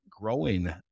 growing